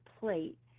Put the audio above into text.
plate